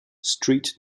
street